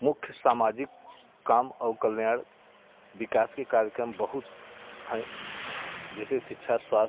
मुख्य सामाजिक काम और कल्याण विकास के कार्यक्रम बहुत हैं जैसे शिक्षा स्वास्थ्य